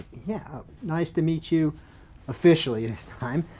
yeah nice to meet you officially this time.